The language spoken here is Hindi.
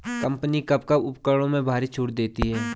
कंपनी कब कब उपकरणों में भारी छूट देती हैं?